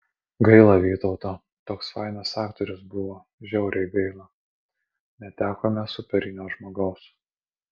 gaila vytauto toks fainas aktorius buvo žiauriai gaila netekome superinio žmogaus